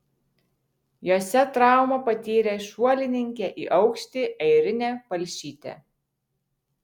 jose traumą patyrė šuolininkė į aukštį airinė palšytė